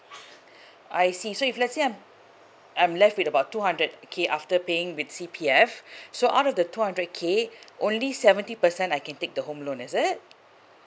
I see so if let's say I'm I'm left with about two hundred K after paying with C_P_F so out of the two hundred K only seventy percent I can take the home loan is it